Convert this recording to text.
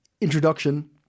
introduction